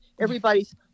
Everybody's